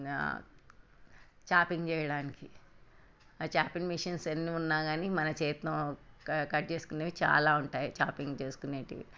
chopping చేయడానికి chopping machines ఎన్ని ఉన్నా కాని మన చేత్తో కట్ చేసుకునేవి చాలా ఉంటాయి చాపింగ్ చేసుకునేటివి